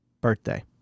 birthday